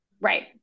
right